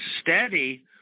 steady